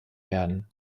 werden